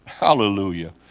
hallelujah